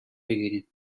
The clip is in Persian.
بگیریم